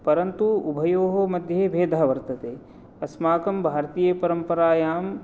परन्तु उभयोः मध्ये भेदः वर्तते अस्माकं भारतीयपरम्परायां